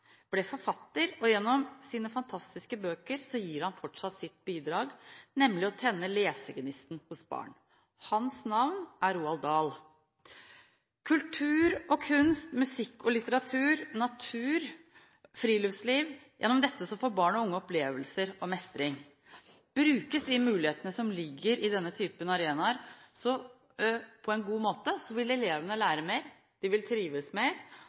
ble forfatter, og gjennom sine fantastiske bøker gir han fortsatt sitt bidrag, nemlig å tenne lesegnisten hos barn. Hans navn er Roald Dahl. Kultur og kunst, musikk og litteratur, natur, friluftsliv – gjennom dette får barn og unge opplevelser og mestring. Brukes de mulighetene som ligger i denne typen arenaer på en god måte, vil elevene lære mer, de vil trives